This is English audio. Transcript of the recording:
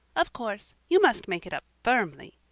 of course, you must make it up firmly.